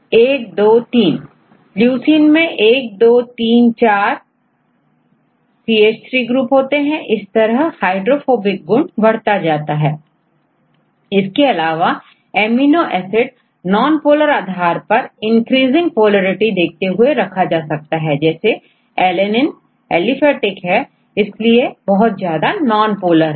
तो दूसरा प्रश्न है5 6 amino acid serine glutamic acid aspartic acid lysine alanine and glutamic acid तो क्या आप इन एमिनो एसिड को नॉनपोलर आधार पर इंक्रीजिंग पोलैरिटी देखते हुए रखा जा सकता है जैसेalanine एलिफेटिक है इसलिए बहुत ज्यादा नॉनपोलर है